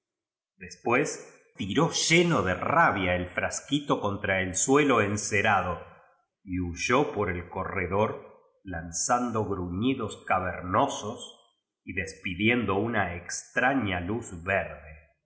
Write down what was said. después tiró lleno de rabia el frnsqniln contra el suelo encerado y huyó por el co rredor lanzando gruñidos cavernosos y des pidiendo una extraña juz verde